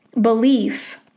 belief